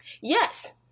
Yes